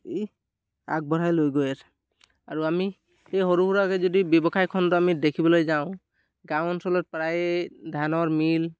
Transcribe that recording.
এই আগবঢ়াই লৈ গৈ আছে আৰু আমি সেই সৰু সুৰাকৈ যদি ব্যৱসায়খণ্ডটো আমি দেখিবলৈ যাওঁ গাঁও অঞ্চলত প্ৰায়ে ধানৰ মিল